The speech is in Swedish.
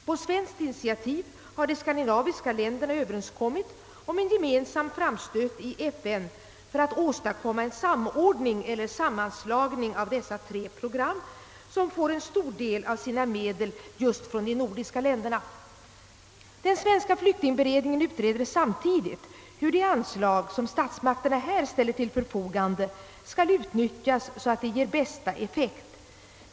På svenskt initiativ har de skandinaviska länderna överenskommit om en gemensam framstöt i FN för att åstadkomma en samordning eller sammanslagning av dessa tre prooram, som får en stor del av sina medel just från de nordiska länderna, Den svenska flyktingberedningen utreder samtidigt hur de anslag, som statsmakterna här ställer till förfogande, skall utnyttjas så att de ger bästa effekt.